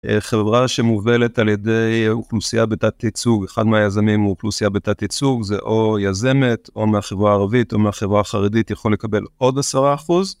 חברה שמובלת על ידי אוכלוסייה בתת ייצוג, אחד מהיזמים הוא אוכלוסייה בתת ייצוג, זה או יזמת או מהחברה הערבית או מהחברה החרדית יכול לקבל עוד עשרה אחוז.